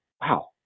wow